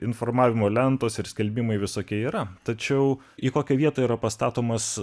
informavimo lentos ir skelbimai visokie yra tačiau į kokią vietą yra pastatomas